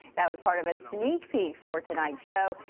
that was part of a sneak peek for tonight's show.